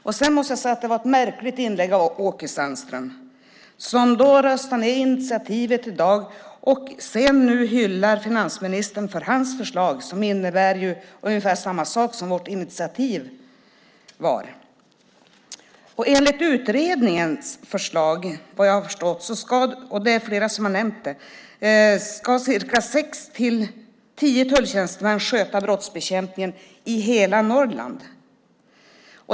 Jag måste säga att det var ett märkligt inlägg av Åke Sandström, som röstade ned initiativet i dag och nu hyllar finansministern för hans förslag, som innebär ungefär samma sak som vårt initiativ. Enligt utredningens förslag ska, som flera har nämnt, sex-tio tulltjänstemän sköta brottsbekämpningen i hela Norrland.